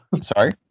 Sorry